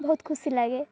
ବହୁତ ଖୁସି ଲାଗେ